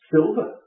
Silver